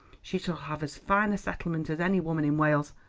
she shall have as fine a settlement as any woman in wales.